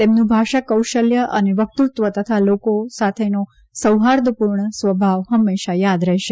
તેમનું ભાષા કૌશલ્ય અને વકતૃત્વ તથા લોકો સાથેનો સૌહાર્દપૂર્ણ સ્વભાવ હંમેશા થાદ રહેશે